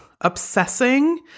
obsessing